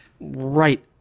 right –